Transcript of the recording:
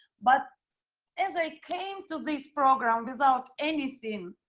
but as i came to this program without anything,